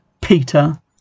Peter